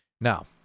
now